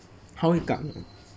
他会赶